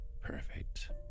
perfect